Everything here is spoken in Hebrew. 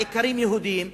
על איכרים יהודים,